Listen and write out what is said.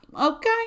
okay